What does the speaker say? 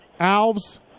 Alves